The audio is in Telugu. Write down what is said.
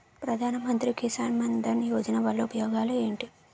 ప్రధాన మంత్రి కిసాన్ మన్ ధన్ యోజన వల్ల ఉపయోగాలు ఏంటి?